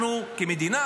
אנחנו כמדינה,